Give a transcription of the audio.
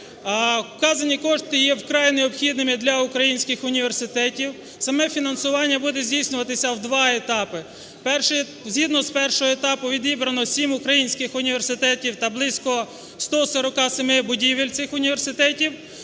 Вказані кошти є вкрай необхідними для українських університетів. Саме фінансування буде здійснюватись в два етапи. Згідно першого етапу відібрано 7 українських університетів та близько 147 будівель цих університетів.